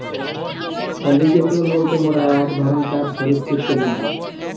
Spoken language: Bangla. এলিগ্যাটোর বলতে মোরা এক ধরণকার সরীসৃপকে বুঝি